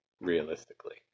Realistically